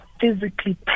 physically